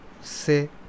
say